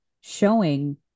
showing